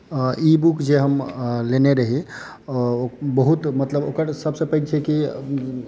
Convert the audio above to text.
ई book जे हम लेने रही बहुत मतलब ओकर सबसँ पैघ छै कि